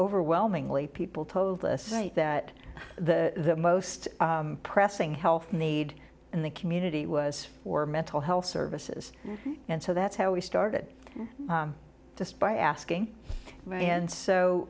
overwhelmingly people told us that the most pressing health need in the community was for mental health services and so that's how we started just by asking and